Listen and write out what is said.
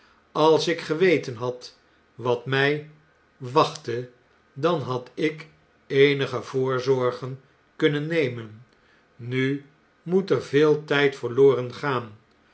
als ik geweten had wat my wachtte dan had ik eenige voorzorgen kunnen nemen nu moet er veel tjjd verloren gaan